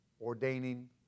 ordaining